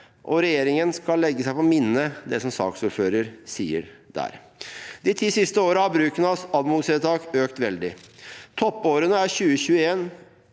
og regjeringen skal legge seg på minne det saksordføreren sier der. De ti siste årene har bruken av anmodningsvedtak økt veldig. Toppårene er